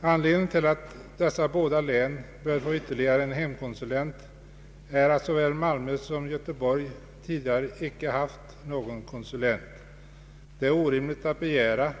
Anledningen till att dessa båda län bör få vartdera ytterligare en hemkonsulent är att varken Malmö eller Göteborg har någon konsulent. Det är orimligt att begära